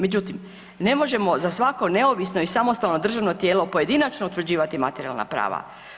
Međutim, ne možemo za svako neovisno i samostalno državno tijelo pojedinačno utvrđivati materijalna prava.